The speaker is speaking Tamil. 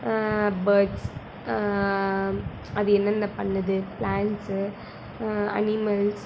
பேர்ட்ஸ் அது என்னென்ன பண்ணுது ப்ளான்ட்ஸ்ஸு அனிமல்ஸ்